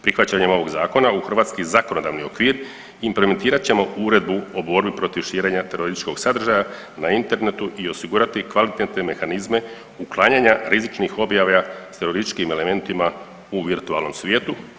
Prihvaćanjem ovog zakona u hrvatski zakonodavni okvir implementirat ćemo Uredbu o borbi protiv širenja terorističkog sadržaja na internetu i osigurati kvalitetne mehanizme uklanjanja rizičnih objava s terorističkim elementima u virtualnom svijetu.